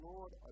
Lord